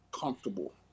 comfortable